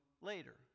later